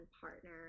partner